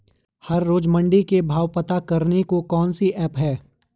हर रोज़ मंडी के भाव पता करने को कौन सी ऐप है?